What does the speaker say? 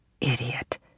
Idiot